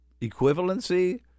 equivalency